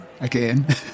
Again